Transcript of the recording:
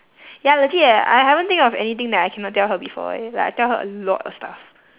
ya legit eh I haven't think of anything that I cannot tell her before eh like I tell her a lot of stuff